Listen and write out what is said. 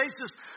basis